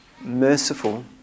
merciful